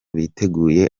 biteguye